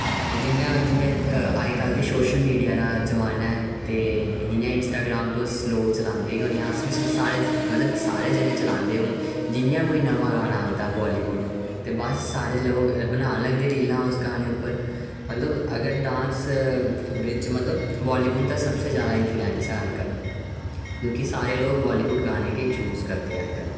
आं ते जि'यां जि'यां अज्ज कल्ल दे सोशल मीडिया दा जमाना ऐ ते जि'यां इंस्टाग्राम तुस लोग चलांदे गै होने अस बी सारे मतलब सारे जने चलांदे हून जि'यां कोई नमां गाना आंदा बालीवुड ते बस सारे लोग बनान लगदे रीलां उस गाने उप्पर मतलब अगर डांस बिच मतलब बालीवुड दा सबसे ज्यादा इंफ्लूऐंस ऐ अज्ज कल्ल क्योंकि सारे लोग वालीबुड गाने गै चूज़ करदे अजकल